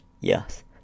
Yes